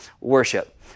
worship